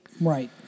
Right